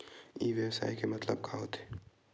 ई व्यवसाय के मतलब का होथे?